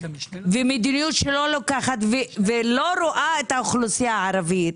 ומדיניות שלא רואה את האוכלוסייה הערבית,